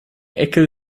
eckel